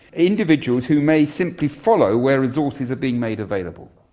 individuals who may simply follow where resources are being made available.